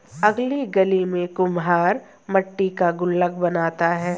अगली गली में कुम्हार मट्टी का गुल्लक बनाता है